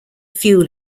fuel